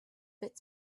bit